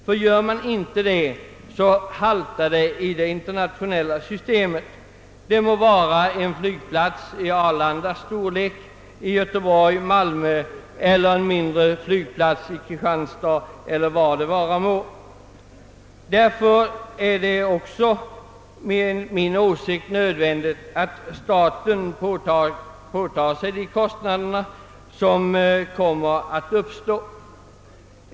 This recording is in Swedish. Iakttas inte detta kommer det internationella systemet att halta — det må sedan gälla en flygplats av Arlandas storlek eller en mindre flygplats i Göteborg, Malmö, Kristianstad eller var det vara må. Därför är det också enligt min åsikt nödvändigt att staten påtager sig de kostnader som kommer att uppstå.